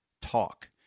talk